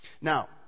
Now